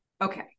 okay